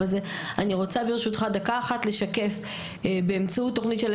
בין התושבים מקדמים